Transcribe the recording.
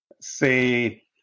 say